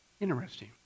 Interesting